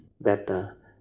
better